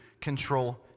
control